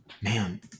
Man